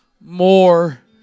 more